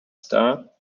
star